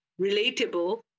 relatable